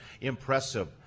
impressive